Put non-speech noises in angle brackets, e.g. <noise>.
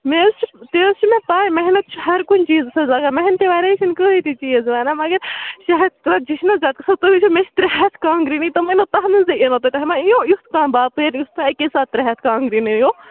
مےٚ حظ چھِ تہِ حظ چھِ مےٚ پَے محنت چھِ ہَرٕ کُنہِ چیٖزَس حظ لَگان محنتہِ وَرٲے چھِنہٕ کٕہۭنۍ تہِ چیٖز بَنان مگر شےٚ ہَتھ تہٕ ژَتجی چھِنہٕ حظ زیادٕ گژھان تُہۍ وٕچھِو مےٚ چھِ ترٛےٚ ہَتھ کانٛگرِ بیٚیہِ <unintelligible> یِنو تتھ منٛز تہِ یِنو تۄہہِ تۄہہِ مَہ یِیو ایُتھ کانٛہہ باپٲرۍ یُس تۄہہِ اَکے ساتہٕ ترٛےٚ ہَتھ کانٛگرِ نیٖیو